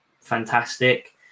fantastic